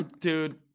Dude